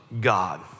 God